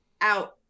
out